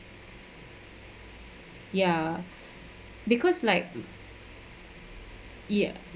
ya because like ya